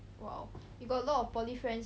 oh !wow! you got a lot of poly friends